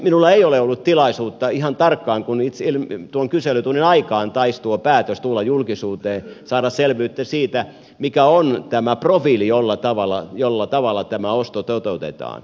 minulla ei ole ollut tilaisuutta ihan tarkkaan kun tuon kyselytunnin aikaan taisi tuo päätös tulla julkisuuteen saada selvyyttä siitä mikä on tämä profiili jolla tavalla tämä osto toteutetaan